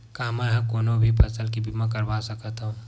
का मै ह कोनो भी फसल के बीमा करवा सकत हव?